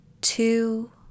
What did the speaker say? two